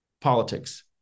politics